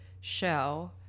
show